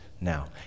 now